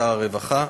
שר הרווחה,